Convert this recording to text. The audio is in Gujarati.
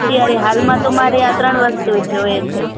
ના અત્યારે હાલમાં તો મારે આ ત્રણ વસ્તુઓ જ જોઈએ છે